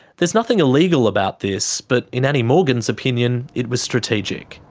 there's nothing illegal about this, but in annie morgan's opinion, it was strategic.